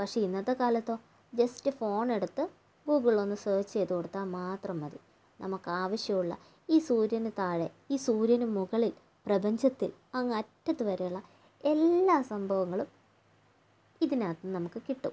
പക്ഷേ ഇന്നത്തെ കാലത്തോ ജസ്റ്റ് ഫോണെടുത്ത് ഗൂഗിളിൽ ഒന്ന് സെർച്ച് ചെയ്തു കൊടുത്താൽ മാത്രം മതി നമുക്കാവശ്യമുള്ള ഈ സൂര്യനു താഴെ ഈ സൂര്യനു മുകളിൽ പ്രപഞ്ചത്തിൽ അങ്ങറ്റത്തു വരെയുള്ള എല്ലാ സംഭവങ്ങളും ഇതിനകത്തുന്നു നമുക്ക് കിട്ടും